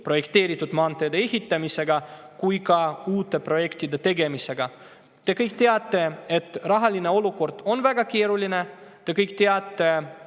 projekteeritud maanteede ehitamisega kui ka uute projektide tegemisega. Te kõik teate, et rahaline olukord on väga keeruline. Te kõik teate,